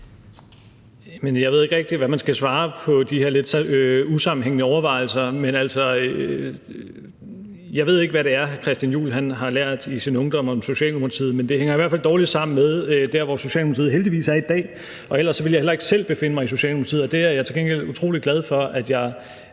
jeg ved ikke rigtig, hvad man skal svare på de her lidt usammenhængende overvejelser. Altså, jeg ved ikke, hvad det er, hr. Christian Juhl har lært i sin ungdom om Socialdemokratiet, men det hænger i hvert fald dårligt sammen med, hvor Socialdemokratiet heldigvis er i dag. Ellers ville jeg heller ikke selv befinde mig i Socialdemokratiet, og jeg er utrolig glad for, at jeg